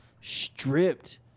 stripped